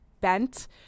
bent